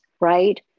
Right